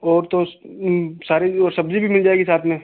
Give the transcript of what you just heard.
और तो सारी जो सब्ज़ी भी मिल जाएगी साथ में